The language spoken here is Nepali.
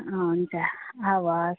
हुन्छ हवस्